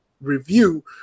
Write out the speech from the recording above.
review